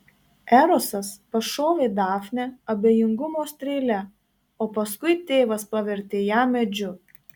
erosas pašovė dafnę abejingumo strėle o paskui tėvas pavertė ją medžiu